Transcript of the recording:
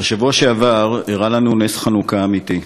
בשבוע שעבר אירע לנו נס חנוכה אמיתי: